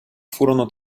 furono